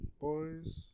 Boys